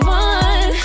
one